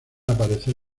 aparecer